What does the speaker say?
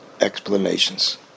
explanations